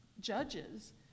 judges